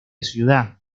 ciudad